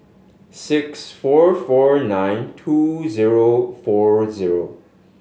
six four four nine two zero four zero